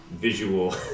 visual